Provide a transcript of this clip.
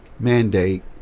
mandate